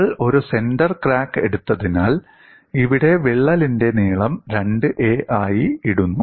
നമ്മൾ ഒരു centre crack എടുത്തതിനാൽ ഇവിടെ വിള്ളലിന്റെ നീളം 2a ആയി ഇടുന്നു